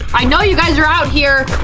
i know you guys are out here.